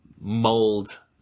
mold